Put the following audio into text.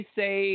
say